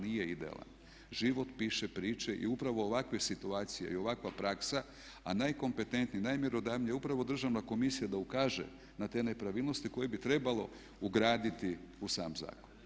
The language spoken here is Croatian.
Nije idealan, život piše priče i upravo ovakve situacije i ovakva praksa, a najkompetentnije, najmjerodavnije je upravo Državna komisija da ukaže na te nepravilnosti koje bi trebalo ugraditi u sam zakon.